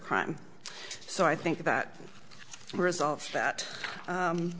crime so i think that result that